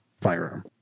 firearm